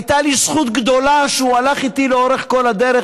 הייתה לי זכות גדולה שהוא הלך איתי לאורך כל הדרך,